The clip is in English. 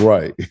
Right